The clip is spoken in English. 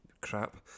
crap